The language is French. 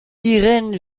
irene